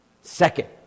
Second